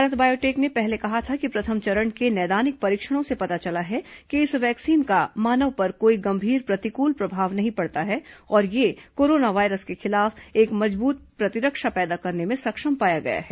Bharat Biotech ने पहले कहा था कि प्रथम चरण के नैदानिक परीक्षणों से पता चला है कि इस वैक्सीन का मानव पर कोई गंभीर प्रतिकूल प्रभाव नहीं पड़ता है और यह कोरोना वायरस के खिलाफ एक मजबूत प्रतिरक्षा पैदा करने में सक्षम पाया गया है